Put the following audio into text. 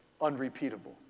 unrepeatable